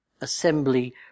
assembly